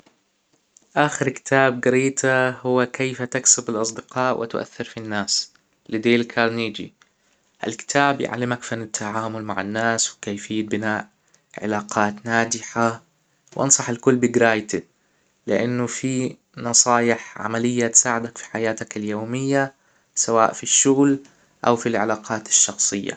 آخر كتاب جريته هو كيف تكسب الأصدقاء وتؤثر فى الناس لـ (ديل كارنيجى) الكتاب يعلمك فن التعامل مع الناس وكيفيه بناء علاقات ناجحه وأنصح الكل بجرايته لأنه فيه نصايح عمليه تساعدك فى حياتك اليوميه سواء فى الشغل أو فى العلاقات الشخصيه